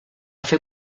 fer